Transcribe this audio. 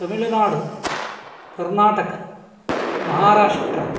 तमिलनाडु कर्णाटका महाराष्ट्रम्